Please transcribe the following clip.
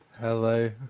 Hello